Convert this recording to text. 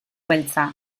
beltza